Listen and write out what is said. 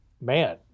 man